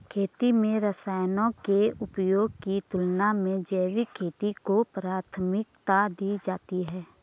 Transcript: खेती में रसायनों के उपयोग की तुलना में जैविक खेती को प्राथमिकता दी जाती है